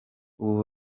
ubu